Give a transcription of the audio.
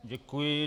Děkuji.